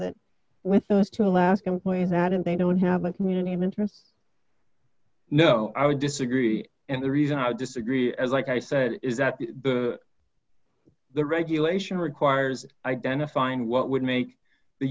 that with those two alaskan way that it they don't have a community of interest no i would disagree and the reason i disagree like i said is that the regulation requires identifying what would make the